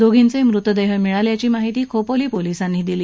दोघींचे मृतदेह मिळाल्याची माहिती खोपोली पोलिसांनी दिली